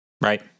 right